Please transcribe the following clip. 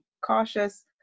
cautious